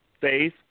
Faith